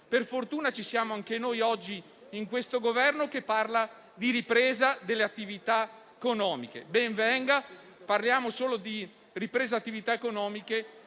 Per fortuna ci siamo anche noi, oggi, in questo Governo, che parla di ripresa delle attività economiche. Ben venga: parliamo solo di ripresa delle attività economiche